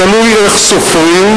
תלוי איך סופרים,